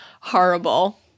horrible